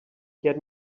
get